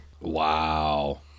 Wow